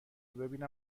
ببینم